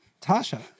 Tasha